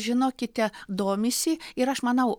žinokite domisi ir aš manau